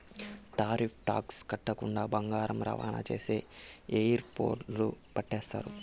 tariff tax కట్టకుండా బంగారం రవాణా చేస్తే ఎయిర్పోర్టుల్ల పట్టేస్తారు